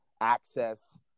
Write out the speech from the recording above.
access